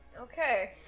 Okay